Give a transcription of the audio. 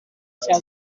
cya